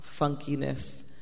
funkiness